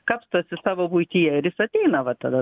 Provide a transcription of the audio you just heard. kapstosi savo buityje ir jis ateina va tada